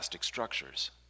structures